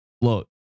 look